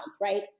right